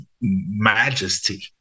majesty